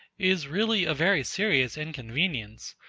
is really a very serious inconvenience.